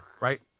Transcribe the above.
Right